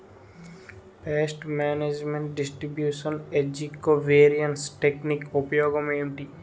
paste management distribution ఏజ్జి co variance technique ఉపయోగం ఏంటి